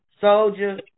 soldier